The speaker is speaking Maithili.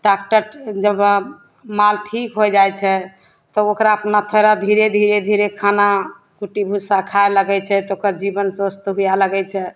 डाक्टर जबाब माल ठीक होइ जाइ छै तऽ ओकरा अपना फेरा धीरे धीरे धीरे खाना कुट्टी भुस्सा खाइ लगैत छै तऽ ओकर जीबन स्वस्थ हुए लगैत छै